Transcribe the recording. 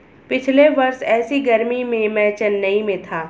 पिछले वर्ष ऐसी गर्मी में मैं चेन्नई में था